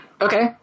Okay